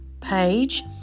page